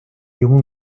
йому